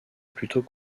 plutôt